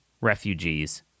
refugees